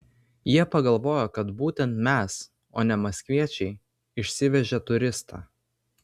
jie pagalvojo kad būtent mes o ne maskviečiai išsivežė turistą